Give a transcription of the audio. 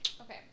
Okay